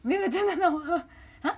没有真的吗